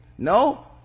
No